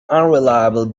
unreliable